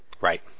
Right